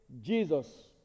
Jesus